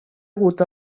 hagut